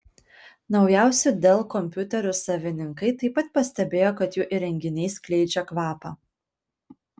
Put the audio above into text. naujausių dell kompiuterių savininkai taip pat pastebėjo kad jų įrenginiai skleidžia kvapą